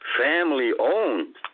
family-owned